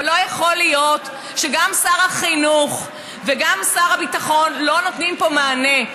אבל לא יכול להיות שגם שר החינוך וגם שר הביטחון לא נותנים פה מענה,